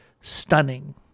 stunning